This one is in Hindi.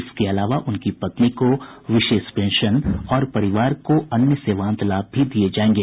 इसके अलावा उनकी पत्नी को विशेष पेंशन और परिवार को अन्य सेवांत लाभ भी दिये जायेंगे